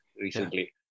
recently